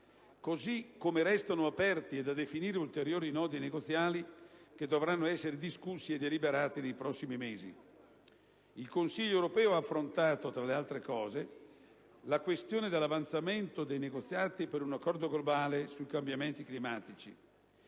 così come restano aperti e da definire ulteriori nodi negoziali che dovranno essere discussi e deliberati nei prossimi mesi. Il Consiglio europeo ha affrontato, tra le altre cose, la questione dell'avanzamento dei negoziati per un accordo globale sui cambiamenti climatici